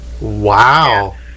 Wow